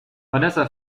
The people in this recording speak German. vanessa